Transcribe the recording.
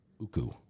Uku